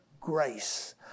grace